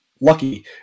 Lucky